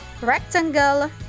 rectangle